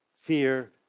fear